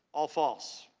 all false.